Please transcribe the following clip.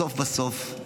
בסוף בסוף,